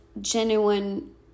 genuine